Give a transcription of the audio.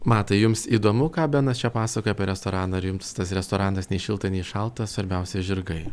matai jums įdomu ką benas čia pasakoja apie restoraną ar jums tas restoranas nei šilta nei šalta svarbiausia žirgai